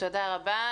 תודה רבה.